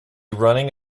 running